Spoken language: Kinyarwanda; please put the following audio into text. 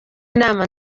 inama